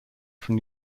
from